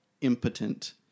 impotent